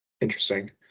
Interesting